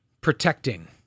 protecting